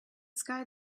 sky